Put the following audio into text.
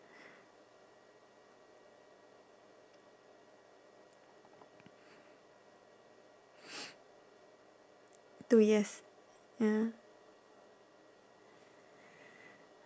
two years ya